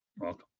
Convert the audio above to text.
Welcome